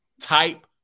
type